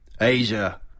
Asia